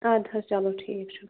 اَدٕ حظ چلو ٹھیٖک چھُ